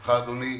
ברשותך אדוני,